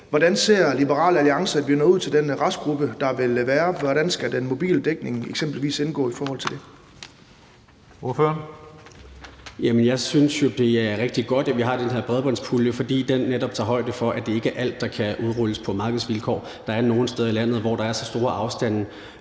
Hvordan ser Liberal Alliance at vi når ud til den restgruppe, der vil være – hvordan skal den mobile dækning eksempelvis indgå i forhold til det? Kl. 14:14 Tredje næstformand (Karsten Hønge): Ordføreren. Kl. 14:14 Alexander Ryle (LA): Jamen jeg synes jo, det er rigtig godt, at vi har den her bredbåndspulje, fordi den netop tager højde for, at det ikke er alt, der kan udrulles på markedsvilkår. Der er nogle steder i landet, hvor der er så store afstande